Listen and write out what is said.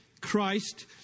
Christ